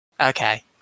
Okay